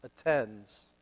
attends